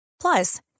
Plus